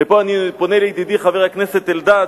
ופה אני פונה לידידי חבר הכנסת אלדד,